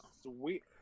sweet